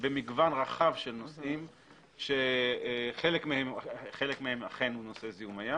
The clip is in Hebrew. במגוון רחב של נושאים שחלק מהם אכן הוא נושא זיהום הים